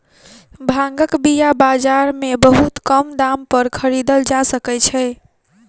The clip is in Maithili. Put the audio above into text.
भांगक बीया बाजार में बहुत कम दाम पर खरीदल जा सकै छै